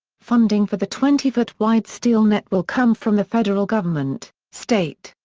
funding for the twenty foot wide steel net will come from the federal government, state,